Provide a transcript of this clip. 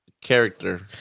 character